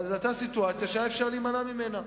אבל זו היתה סיטואציה שהיה אפשר להימנע ממנה,